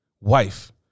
wife